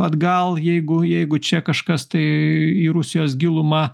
atgal jeigu jeigu čia kažkas tai į rusijos gilumą